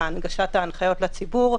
על הנגשת ההנחיות לציבור.